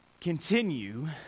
continue